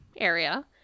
area